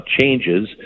changes